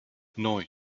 neun